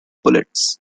bullets